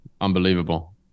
Unbelievable